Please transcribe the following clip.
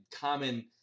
common